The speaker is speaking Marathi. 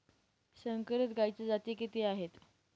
संकरित गायीच्या जाती किती आहेत?